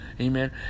amen